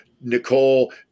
Nicole